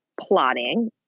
plotting